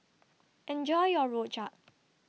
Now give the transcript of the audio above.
Enjoy your Rojak